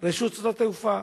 רשות שדות התעופה.